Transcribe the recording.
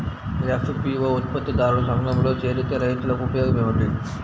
FPO ఉత్పత్తి దారుల సంఘములో చేరితే రైతులకు ఉపయోగము ఏమిటి?